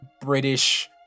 British